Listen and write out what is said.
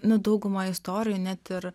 nu dauguma istorijų net ir